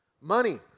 Money